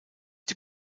die